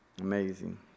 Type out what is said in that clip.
Amazing